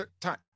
time